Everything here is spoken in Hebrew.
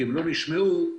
אחרי שהם לא נשמעו להוראות,